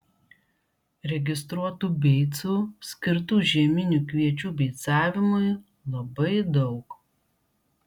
registruotų beicų skirtų žieminių kviečių beicavimui labai daug